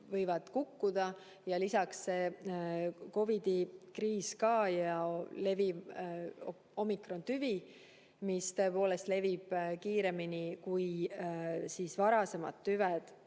võivad kukkuda ja lisaks COVID‑i kriis ka ja leviv omikrontüvi, mis tõepoolest levib kiiremini kui varasemad tüved